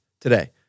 today